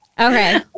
Okay